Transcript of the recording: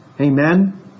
Amen